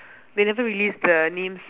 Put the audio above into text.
they never release the names